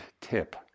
tip